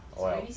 oh well